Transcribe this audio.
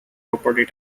property